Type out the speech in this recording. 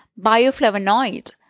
bioflavonoid